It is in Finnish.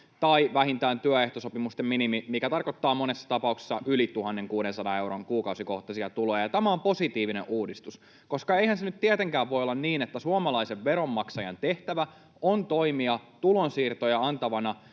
tai vähintään työehtosopimusten minimi, mikä tarkoittaa monessa tapauksessa yli 1 600 euron kuukausikohtaisia tuloja, ja tämä on positiivinen uudistus, koska eihän se nyt tietenkään voi olla niin, että suomalaisen veronmaksajan tehtävä on toimia tulonsiirtoja antavana